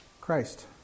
Christ